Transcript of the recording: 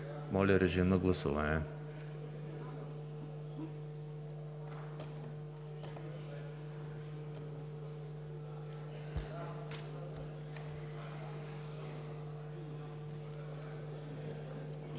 Моля, режим на гласуване